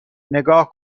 نگاه